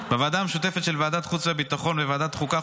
בוועדה המשותפת של ועדת החוץ והביטחון וועדת החוקה,